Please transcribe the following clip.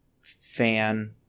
fan